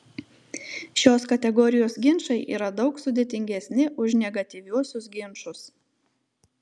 šios kategorijos ginčai yra daug sudėtingesni už negatyviuosius ginčus